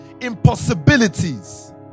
impossibilities